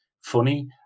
funny